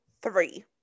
three